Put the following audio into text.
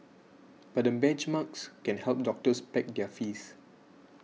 but the benchmarks can help doctors peg their fees